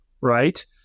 right